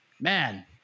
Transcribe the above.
man